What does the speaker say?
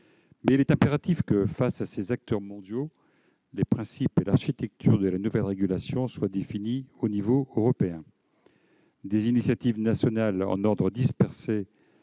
mais il est impératif que, face à ces acteurs mondiaux, les principes et l'architecture de la nouvelle régulation soient définis au niveau européen. Des initiatives nationales en ordre dispersé